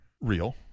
real